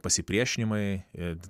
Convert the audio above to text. pasipriešinimai ir